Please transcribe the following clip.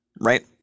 right